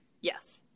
Yes